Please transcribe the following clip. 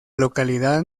localidad